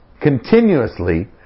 continuously